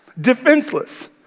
defenseless